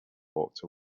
walked